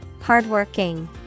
Hardworking